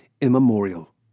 immemorial